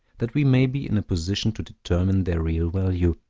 that we may be in a position to determine their real value,